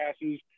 passes